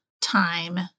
time